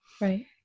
Right